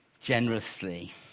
generously